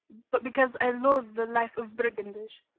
but because i loathe the life of brigandage.